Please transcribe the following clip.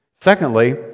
Secondly